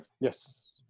Yes